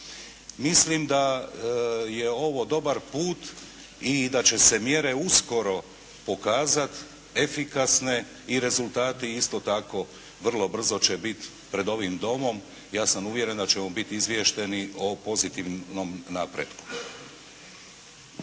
Mislim da je ovo dobar put i da će se mjere uskoro pokazati efikasne i rezultati isto tako vrlo brzo će biti pred ovim Domom. Ja sam uvjeren da ćemo biti izvješten o pozitivnom napretku.